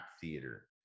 theater